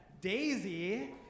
Daisy